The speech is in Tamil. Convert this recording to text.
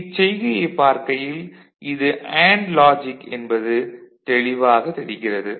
இச்செய்கையைப் பார்க்கையில் இது அண்டு லாஜிக் என்பது தெளிவாக தெரிகிறது